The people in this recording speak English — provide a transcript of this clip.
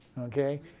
Okay